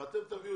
ואתם תביאו